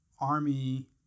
Army